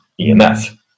EMF